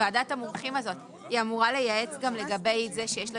ועדת המומחים הזאת היא אמורה לייעץ גם לגבי זה שיש לו